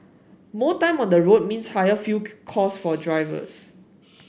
more time on the road means higher fuel cost for drivers